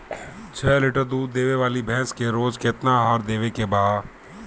छह लीटर दूध देवे वाली भैंस के रोज केतना आहार देवे के बा?